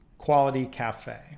qualitycafe